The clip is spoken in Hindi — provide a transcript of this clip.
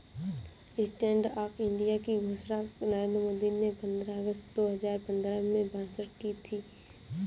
स्टैंड अप इंडिया की घोषणा नरेंद्र मोदी ने पंद्रह अगस्त दो हजार पंद्रह में भाषण में की थी